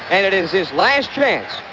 and it is his last chance.